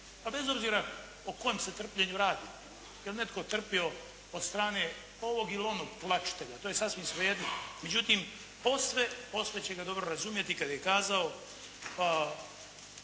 pa bez obzira o kojem se trpljenju radi, je li netko trpio od strane ovog ili onog tlačitelja, to je sasvim svejedno, međutim, posve, posve će ga dobro razumjeti kada je kazao